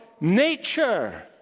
nature